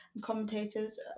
commentators